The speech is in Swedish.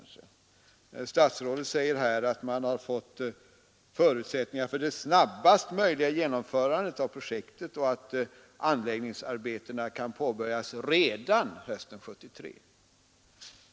Statsrådet säger att man har fått förutsättningar för snabbaste möjliga genomförande av projektet och att anläggningsarbetena kan påbörjas ”redan” hösten 1973.